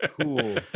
Cool